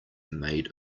made